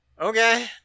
Okay